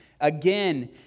Again